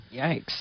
Yikes